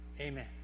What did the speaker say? Amen